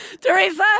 Teresa